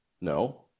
No